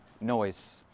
noise